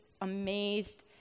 amazed